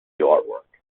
artwork